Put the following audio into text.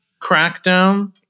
crackdown